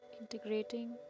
Integrating